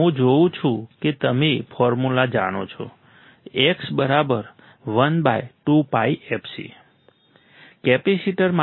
હું જોઉં છું કે તમે ફોર્મ્યુલા જાણો છો X 1 કેપેસિટર માટે